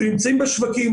והם נמצאים בשווקים,